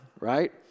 right